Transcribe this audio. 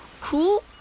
Cool